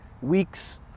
weeks